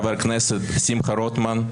חבר הכנסת שמחה רוטמן,